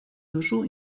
duzu